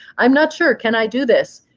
i'm not sure. can i do this?